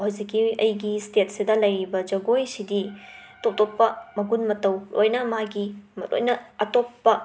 ꯍꯧꯖꯤꯛꯀꯤ ꯑꯩꯒꯤ ꯁ꯭ꯇꯦꯠꯁꯤꯗ ꯂꯩꯔꯤꯕ ꯖꯒꯣꯏꯁꯤꯗꯤ ꯇꯣꯞ ꯇꯣꯞꯄ ꯃꯒꯨꯟ ꯃꯇꯧ ꯂꯣꯏꯅ ꯃꯥꯒꯤ ꯂꯣꯏꯅ ꯑꯇꯣꯞꯄ